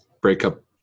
breakup